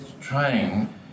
trying